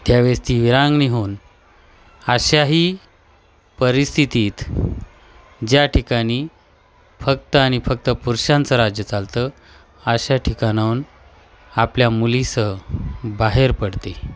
त्यावेळेस ती विरांगणी होऊन अशाही परिस्थितीत ज्या ठिकाणी फक्त आणि फक्त पुरुषांचं राज्य चालतं अशा ठिकाणाहून आपल्या मुलीसह बाहेर पडते